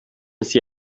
sie